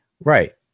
Right